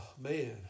man